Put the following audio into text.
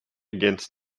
against